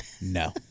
No